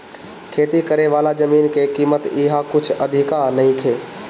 खेती करेवाला जमीन के कीमत इहा कुछ अधिका नइखे